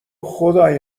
خدای